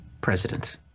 president